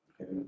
Okay